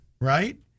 Right